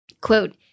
quote